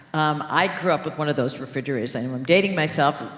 um, i grew up with one of those refrigerators, and i'm i'm dating myself.